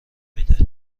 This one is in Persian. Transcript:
میده